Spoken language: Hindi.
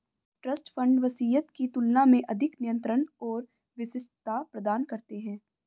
ट्रस्ट फंड वसीयत की तुलना में अधिक नियंत्रण और विशिष्टता प्रदान करते हैं